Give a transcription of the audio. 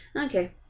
okay